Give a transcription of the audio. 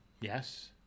Yes